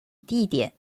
地点